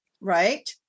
right